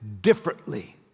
differently